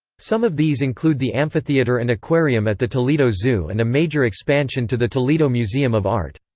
some of these include the amphitheater and aquarium at the toledo zoo and a major expansion to the toledo museum of art.